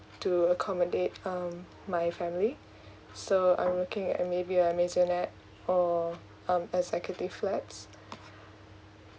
to accommodate um my family so I'm looking at maybe a maisonette or um executive flats